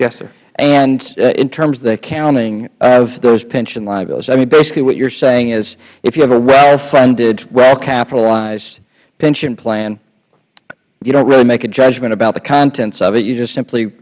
mchenry and in terms of the accounting of those pension liabilities i mean basically what you're saying is if you have a well funded well capitalized pension plan you don't really make a judgement about the contents of it you just simply